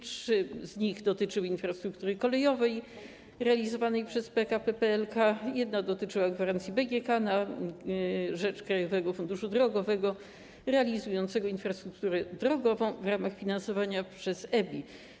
Trzy z nich dotyczyły infrastruktury kolejowej realizowanej przez PKP PLK, jedna dotyczyła gwarancji BGK na rzecz Krajowego Funduszu Drogowego realizującego infrastrukturę drogową w ramach finansowania przez EBI.